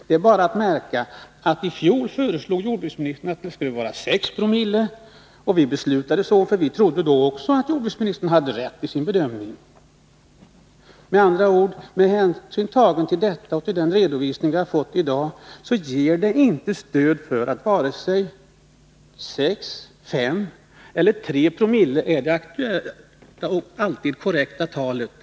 Det är bara att märka att jordbruksministern i fjol föreslog att det skulle vara 6 eo, vilket vi också beslutade, eftersom vi trodde att jordbruksministern hade rätt i sin bedömning. Med hänsyn till detta och till den redovisning som vi har fått i dag finns det inget stöd för att vare sig 6, 5 eller 3 Zo är det alltid korrekta talet.